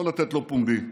לא לתת לו פומבי.